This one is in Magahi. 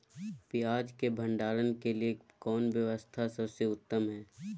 पियाज़ के भंडारण के लिए कौन व्यवस्था सबसे उत्तम है?